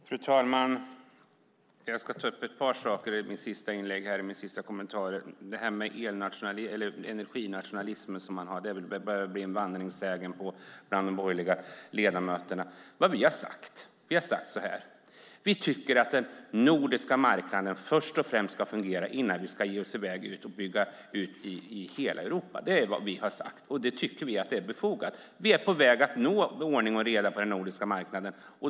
Fru talman! Jag ska ta upp ett par saker i detta mitt sista inlägg här. Det här med energinationalismen börjar bli en vandringssägen bland borgerliga ledamöter. Vi har sagt att vi tycker att den nordiska marknaden ska fungera innan vi ger oss in på att bygga ut i hela Europa. Det tycker vi är befogat. Vi är på väg att nå ordning och reda på den nordiska marknaden.